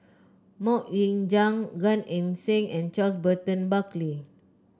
MoK Ying Jang Gan Eng Seng and Charles Burton Buckley